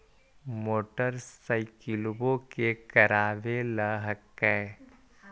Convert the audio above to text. मोटरसाइकिलवो के करावे ल हेकै?